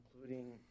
including